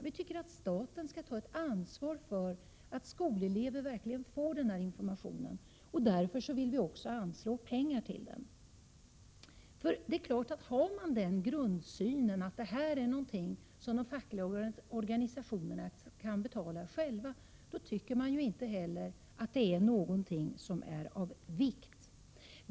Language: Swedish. Vi tycker att staten skall ta ett ansvar för att skolelever verkligen får denna information. Därför vill vi också anslå pengar till den. Har man grundsynen att denna verksamhet är något som de fackliga organisationerna kan betala själva, tycker man inte heller att detta är något som är av vikt.